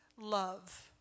love